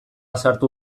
sartu